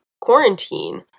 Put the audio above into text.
quarantine